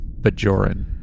Bajoran